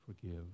forgive